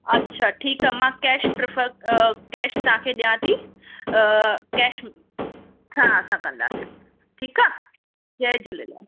अच्छा ठीकु आहे मां कैश प्रिफ़र कैश तव्हांखे ॾिया थी कैश हा असां कंदासीं ठीकु आहे जय झूलेलाल